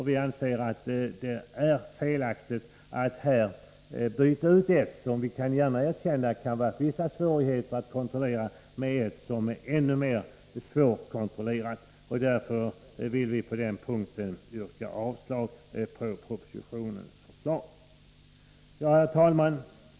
Vi anser att det är felaktigt att här byta ut ett system som — det kan vi gärna erkänna — det kan vara vissa svårigheter att kontrollera mot ett som är ännu mer svårkontrollerat. Därför yrkar vi på denna punkt avslag på propositionens förslag. Herr talman!